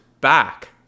back